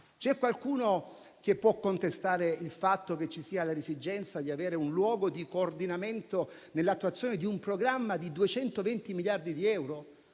C'è qualcuno che può contestare il fatto che ci sia l'esigenza di avere un luogo di coordinamento nell'attuazione di un programma da 220 miliardi di euro,